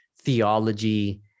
theology